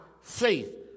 faith